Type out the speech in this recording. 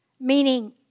meaning